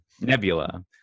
nebula